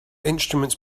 instruments